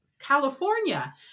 California